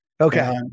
Okay